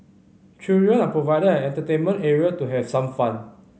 children are provided an entertainment area to have some fun